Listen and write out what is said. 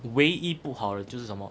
唯一不好的就是什么